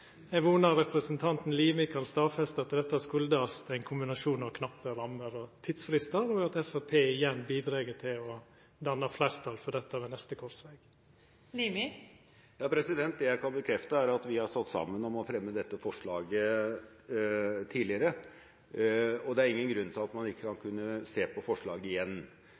Eg vonar representanten Limi kan stadfesta at dette kjem av ein kombinasjon av knappe rammer og tidsfristar, og at Framstegspartiet igjen bidreg til å danna fleirtal for dette ved neste krossveg. Det jeg kan bekrefte, er at vi har stått sammen om å fremme dette forslaget tidligere, og det er ingen grunn til at man ikke kan se på forslaget igjen.